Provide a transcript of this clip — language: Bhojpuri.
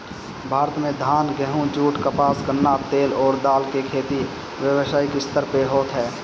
भारत में धान, गेंहू, जुट, कपास, गन्ना, तेल अउरी दाल के खेती व्यावसायिक स्तर पे होत ह